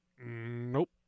Nope